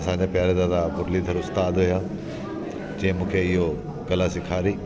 असांजे पहिहियां दादा मुरलीधर उस्ताद हुया जंहिं मूंखे इहो कला सेखारी